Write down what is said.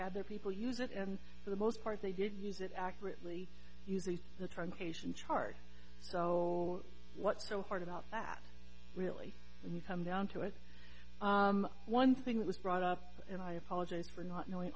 had their people use it and for the most part they didn't use it accurately using the truncation chart so what's so hard about that really when you come down to it one thing that was brought up and i apologize for not knowing